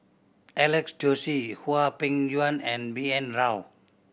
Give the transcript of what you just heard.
Alex Josey Hwang Peng Yuan and B N Rao